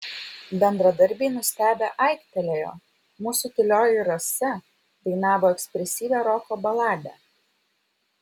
bendradarbiai nustebę aiktelėjo mūsų tylioji rasa dainavo ekspresyvią roko baladę